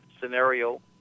scenario